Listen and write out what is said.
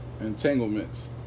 entanglements